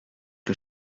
que